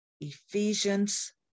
Ephesians